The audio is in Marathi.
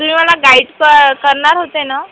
तुम्ही मला गाईट क करणार होते ना